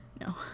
no